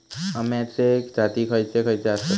अम्याचे जाती खयचे खयचे आसत?